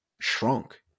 shrunk